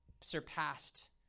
surpassed